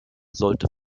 sollte